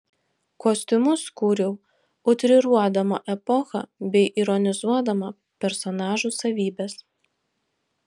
kostiumus kūriau utriruodama epochą bei ironizuodama personažų savybes